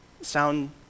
sound